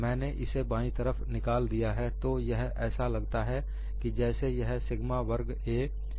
मैंने इसे बाई तरफ निकाल दिया है तो यह ऐसा लगता है कि जैसे यह सिग्मा वर्ग a है